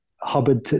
Hubbard